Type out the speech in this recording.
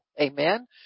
amen